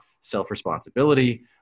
self-responsibility